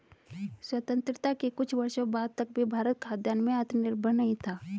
स्वतंत्रता के कुछ वर्षों बाद तक भी भारत खाद्यान्न में आत्मनिर्भर नहीं था